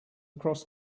across